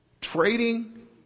Trading